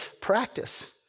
practice